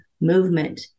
movement